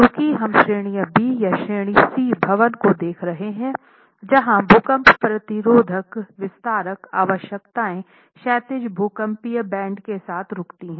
चूंकि हम श्रेणी बी या श्रेणी सी भवन को देख रहे हैं जहां भूकंपरोधी विस्तारक आवश्यकताएं क्षैतिज भूकंपीय बैंड के साथ रुकती हैं